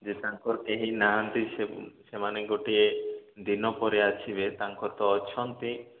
ଯେ ତାଙ୍କର କେହିନାହାନ୍ତି ସେ ସେମାନେ ଗୋଟିଏ ଦିନପରେ ଆସିବେ ତାଙ୍କର ତ ଅଛନ୍ତି